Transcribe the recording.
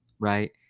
right